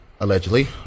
allegedly